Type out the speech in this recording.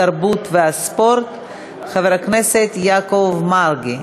התרבות והספורט חבר הכנסת יעקב מרגי.